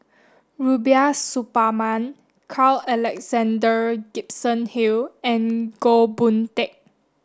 Rubiah Suparman Carl Alexander Gibson Hill and Goh Boon Teck